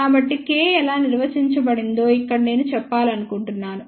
కాబట్టి K ఎలా నిర్వచించబడిందో ఇక్కడ నేను చెప్పాలనుకుంటున్నాను